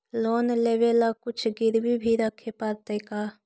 Loan लेबे ल कुछ गिरबी भी रखे पड़तै का?